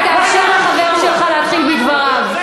אתה תאפשר לחבר שלך להתחיל בדבריו.